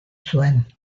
zuen